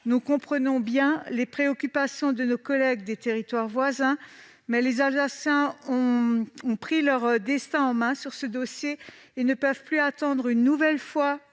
Nous comprenons bien les préoccupations de nos collègues des territoires voisins, mais les Alsaciens ont pris leur destin en main sur ce dossier et ne peuvent plus attendre, une nouvelle fois,